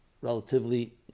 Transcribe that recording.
relatively